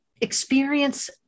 experience